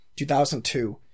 2002